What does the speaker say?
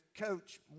coach